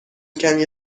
کمی